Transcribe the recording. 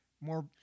more